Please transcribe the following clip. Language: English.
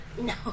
No